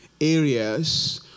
areas